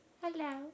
Hello